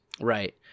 Right